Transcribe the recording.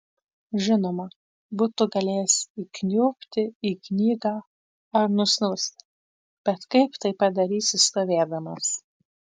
žinoma būtų galėjęs įkniubti į knygą ar nusnūsti bet kaip tai padarysi stovėdamas